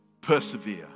persevere